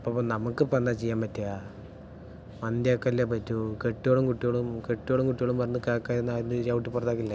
അപ്പോൾ നമുക്കിപ്പോൾ എന്താ ചെയ്യാൻ പറ്റുക മന്തിയൊക്കെയല്ലേ പറ്റൂ കെട്ടിയവളും കുട്ടികളും കെട്ടിയവളും കുട്ടികളും പറഞ്ഞത് കേക്കാതിരുന്നാൽ എന്നെ ചവിട്ടി പുറത്താക്കില്ലേ